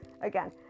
again